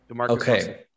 Okay